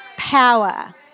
power